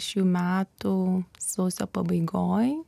šių metų sausio pabaigoj